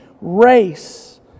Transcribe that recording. race